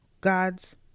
God's